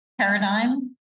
paradigm